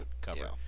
cover